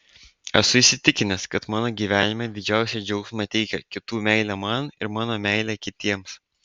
esu įsitikinęs kad mano gyvenime didžiausią džiaugsmą teikia kitų meilė man ir mano meilė kitiems